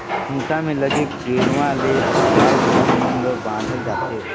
खूंटा में लगे गेरवा ले गाय गोरु मन ल बांधल जाथे